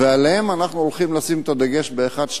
ועליהם אנחנו הולכים לשים את הדגש באחת,